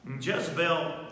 Jezebel